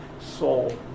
soul